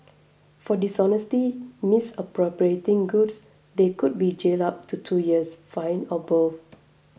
for dishonestly misappropriating goods they could be jailed up to two years fined or both